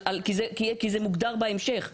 כי זה מוגדר בהמשך.